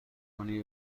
کنی